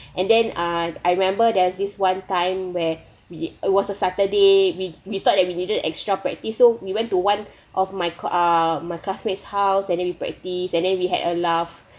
and then uh I remember there's this one time where we it was a saturday we we thought that we needed extra practice so we went to one of my ah my classmates house and then we practice and then we had a laugh